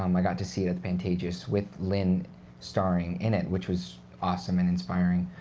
um i got to see it at the pantages with lin starring in it, which was awesome and inspiring.